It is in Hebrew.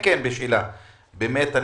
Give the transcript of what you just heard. בוקר טוב, פרופ' לוי.